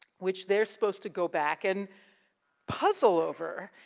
which they're supposed to go back and puzzle over.